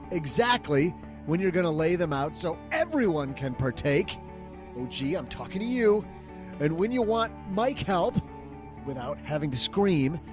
exactly when you're going to lay them out so everyone can partake in, gee, i'm talking to you and when you want mike health without having to scream.